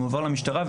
מועבר למשטרה,